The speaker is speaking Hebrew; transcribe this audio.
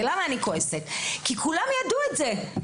אני כועסת כי כולם ידעו את זה.